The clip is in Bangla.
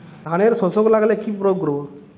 ধানের শোষক লাগলে কি প্রয়োগ করব?